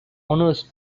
owners